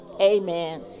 amen